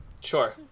Sure